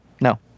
no